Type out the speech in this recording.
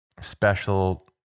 special